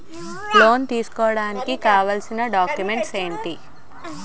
Loan తీసుకోడానికి కావాల్సిన documents ఎంటి?